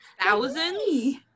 Thousands